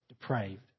depraved